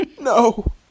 No